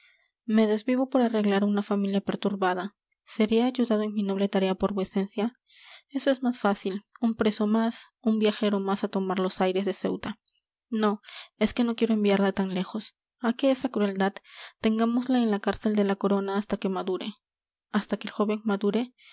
me desvivo por arreglar a una familia perturbada seré ayudado en mi noble tarea por vuecencia eso es más fácil un preso más un viajero más a tomar los aires de ceuta no es que no quiero enviarle tan lejos a qué esa crueldad tengámosle en la cárcel de la corona hasta que madure hasta que el joven madure